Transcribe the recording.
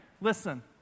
Listen